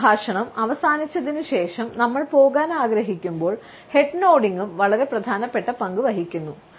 ഒരു സംഭാഷണം അവസാനിച്ചതിനുശേഷം നമ്മൾ പോകാൻ ആഗ്രഹിക്കുമ്പോൾ ഹെഡ് നോഡിംഗും വളരെ പ്രധാനപ്പെട്ട പങ്ക് വഹിക്കുന്നു